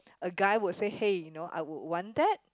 a guy will say hey you know I would want that